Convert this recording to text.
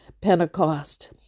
Pentecost